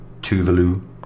Tuvalu